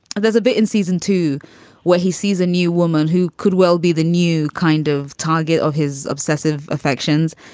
there's a bit in season two where he sees a new woman who could well be the new kind of target of his obsessive affections.